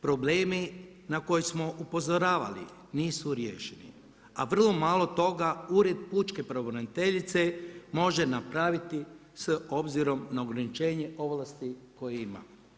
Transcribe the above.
Problemi na koje smo upozoravali nisu riješeni a vrlo malo toga Ured pučke pravobraniteljice može napraviti s obzirom na ograničenje ovlasti koje ima.